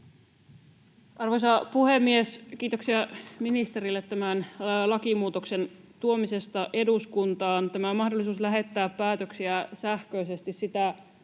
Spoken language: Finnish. Arvoisa puhemies! Kiitoksia ministerille tämän lakimuutoksen tuomisesta eduskuntaan. Tämä mahdollisuus lähettää päätöksiä sähköisesti sitä